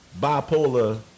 bipolar